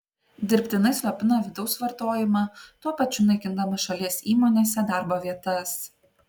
dirbtinai slopina vidaus vartojimą tuo pačiu naikindama šalies įmonėse darbo vietas